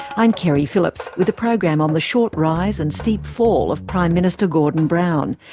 i'm keri phillips with a program on the short rise and steep fall of prime minister gordon brown,